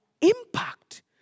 impact